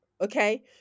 okay